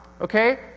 Okay